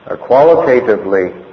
qualitatively